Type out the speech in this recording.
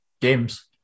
games